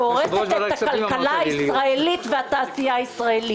שהורסת את הכלכלה הישראלית והתעשייה הישראלית.